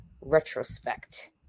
retrospect